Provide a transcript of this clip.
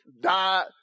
died